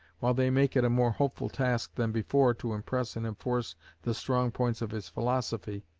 while they make it a more hopeful task than before to impress and enforce the strong points of his philosophy,